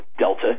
Delta